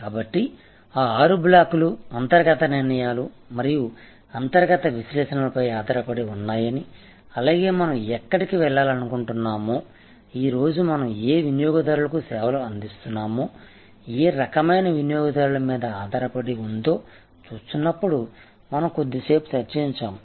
కాబట్టి ఆ ఆరు బ్లాక్లు అంతర్గత నిర్ణయాలు మరియు అంతర్గత విశ్లేషణలపై ఆధారపడి ఉన్నాయని అలాగే మనం ఎక్కడికి వెళ్లాలనుకుంటున్నామో ఈ రోజు మనం ఏ వినియోగదారులకు సేవలు అందిస్తున్నామో ఏ రకమైన వినియోగదారుల మీద ఆధారపడి ఉందో చూస్తున్నప్పుడు మనం కొద్దిసేపు చర్చించాము